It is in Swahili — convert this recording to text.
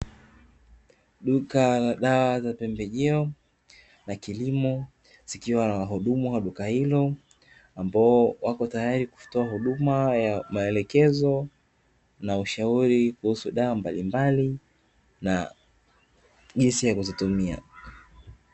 Dawa za pembejeo na kilimo zikiwa na wahudumu wa duka hilo, ambao wako tayari kutoa huduma ya maelekezo, na ushauri kuhusu damu mbalimbali na jinsi ya kuzitumia.